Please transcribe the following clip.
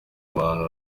abantu